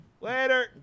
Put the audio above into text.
Later